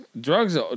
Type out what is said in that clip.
Drugs